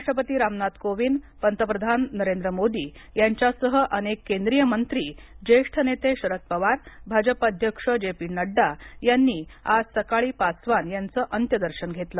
राष्ट्रपती रामनाथ कोविंद पंतप्रधान नरेंद्र मोदी यांच्यासह अनेक केंद्रीय मंत्री ज्येष्ठ नेते शरद पवार भाजपा अध्यक्ष जे पी नडडा यांनी आज सकाळी पासवान यांचं अंत्यदर्शन घेतलं